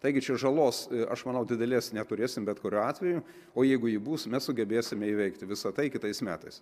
taigi čia žalos aš manau didelės neturėsim bet kuriuo atveju o jeigu ji bus mes sugebėsime įveikti visa tai kitais metais